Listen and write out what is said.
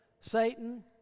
Satan